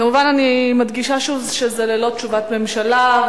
כמובן, אני מדגישה שוב שזה ללא תשובת ממשלה.